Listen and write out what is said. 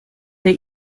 they